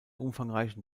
umfangreichen